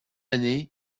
année